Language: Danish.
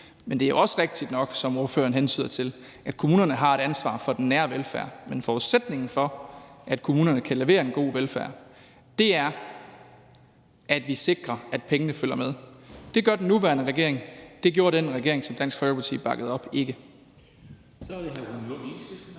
Men det er også rigtigt nok, som ordføreren hentyder til, at kommunerne har et ansvar for den nære velfærd. Men forudsætningen for, at kommunerne kan levere en god velfærd, er, at vi sikrer, at pengene følger med. Det gør den nuværende regering; det gjorde den regering, som Dansk Folkeparti bakkede op, ikke.